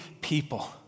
people